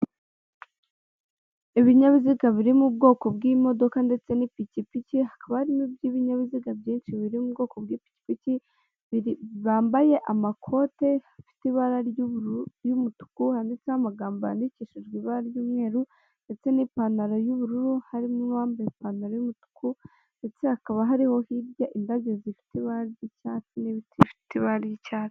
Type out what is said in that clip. Ibinyabiziga biri mu bwoko bw'imodoka ndetse n'ipikipiki hakaba harimo iby'ibinyabiziga byinshi biri mu ubwoko bw'ipikipiki, bambaye amakote afite ibara ry'umutuku handitseho amagambo yandikishijwe ibara ry'umweru ndetse n'ipantaro y'ubururu, harimo n'uwambaye ipantaro y'umutuku, ndetse hakaba hariho hirya indabyo zifite ibara ry'icyatsi n'ibiti bifite ibara ry'icyayi.